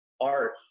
art